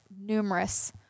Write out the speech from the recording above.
numerous